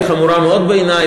היא חמורה מאוד בעיני,